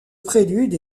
prélude